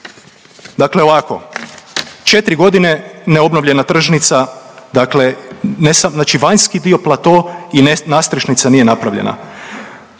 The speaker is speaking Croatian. dakle ovako, četri godine neobnovljena tržnica znači vanjski dio plato i nadstrešnica nije napravljena.